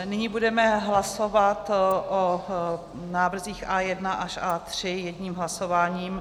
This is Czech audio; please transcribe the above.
Nyní budeme hlasovat o návrzích A1 až A3 jedním hlasováním.